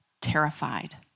terrified